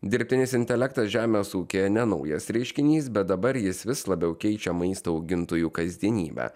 dirbtinis intelektas žemės ūkyje ne naujas reiškinys bet dabar jis vis labiau keičia maisto augintojų kasdienybę